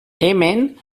hemen